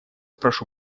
прошу